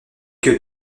que